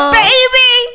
baby